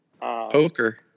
Poker